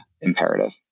imperative